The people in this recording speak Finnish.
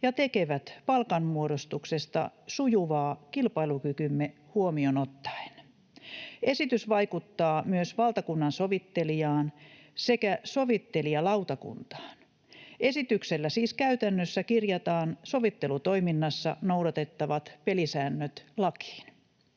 ja tekevät palkanmuodostuksesta sujuvaa kilpailukykymme huomioon ottaen. Esitys vaikuttaa myös valtakunnansovittelijaan sekä sovittelijalautakuntaan. Esityksellä siis käytännössä kirjataan sovittelutoiminnassa noudatettavat pelisäännöt lakiin.